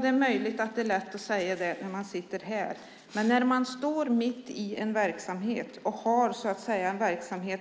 Det är möjligt att det är lätt att säga det när man sitter här, men inte när man står mitt i en verksamhet